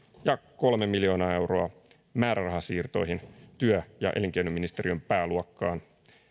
ja kolme miljoonaa euroa määrärahasiirtoihin työ ja elinkeinoministeriön pääluokkaan